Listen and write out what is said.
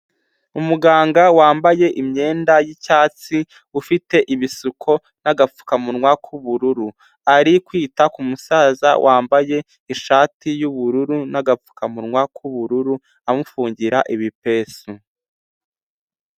Umuganga wambaye imyenda y'icyatsi, ufite ibisuko n'agapfukamunwa k'ubururu, ari kwita ku musaza wambaye ishati y'ubururu n'agapfukamunwa k'ubururu, amufungira ibipesu.